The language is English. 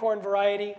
corn variety